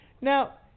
Now